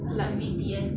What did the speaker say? like